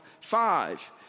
Five